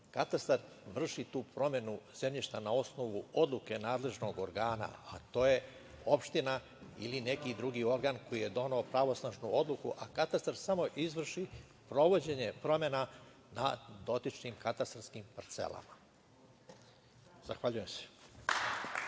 Katastar vrši tu promenu zemljišta na osnovu odluke nadležnog organa, a to je opština ili neki drugi organ koji je doneo pravosnažnu odluku, a katastar samo izvrši sprovođenje promena na dotičnim katastarskim parcelama. Zahvaljujem se.